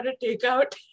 take-out